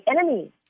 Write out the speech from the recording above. enemy